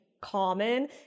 common